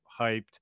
hyped